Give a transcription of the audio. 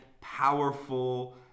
powerful